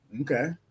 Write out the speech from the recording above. Okay